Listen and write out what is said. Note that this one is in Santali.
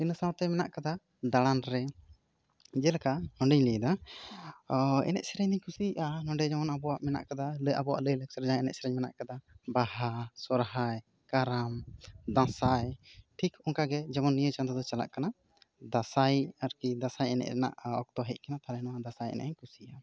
ᱤᱱᱟᱹ ᱥᱟᱶᱛᱮ ᱢᱮᱱᱟᱜ ᱟᱠᱟᱫᱟ ᱫᱟᱬᱟᱱ ᱨᱮ ᱡᱮᱞᱮᱠᱟ ᱱᱚᱰᱮᱧ ᱞᱟᱹᱭ ᱮᱫᱟ ᱮᱱᱮᱡ ᱥᱮᱨᱮᱧ ᱫᱚᱹᱧ ᱠᱩᱥᱤᱭᱟᱜᱼᱟ ᱱᱚᱰᱮ ᱡᱮᱢᱚᱱ ᱟᱵᱚᱣᱟᱜ ᱢᱮᱱᱟᱜ ᱟᱠᱟᱫᱟ ᱟᱵᱚᱣᱟᱜ ᱞᱟᱹᱭ ᱞᱟᱠᱪᱟᱨ ᱡᱟᱦᱟᱸ ᱢᱮᱱᱟᱜ ᱟᱠᱟᱫᱟ ᱵᱟᱦᱟ ᱥᱚᱨᱦᱟᱭ ᱠᱟᱨᱟᱢ ᱫᱟᱥᱟᱸᱭ ᱴᱷᱤᱠ ᱚᱱᱠᱟ ᱜᱮ ᱡᱮᱢᱚᱱ ᱱᱤᱭᱟᱹ ᱪᱟᱸᱫᱚ ᱪᱟᱞᱟᱠ ᱠᱟᱱᱟ ᱫᱟᱥᱟᱸᱭ ᱟᱨᱠᱤ ᱫᱟᱥᱟᱸᱭ ᱮᱱᱮᱡ ᱨᱮᱱᱟᱜ ᱚᱠᱛᱚ ᱦᱮᱡ ᱟᱠᱟᱱᱟ ᱫᱟᱥᱟᱸᱭ ᱮᱱᱮᱡ ᱠᱩᱥᱤᱭᱟᱜᱼᱟ